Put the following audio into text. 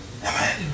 Amen